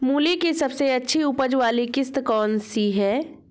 मूली की सबसे अच्छी उपज वाली किश्त कौन सी है?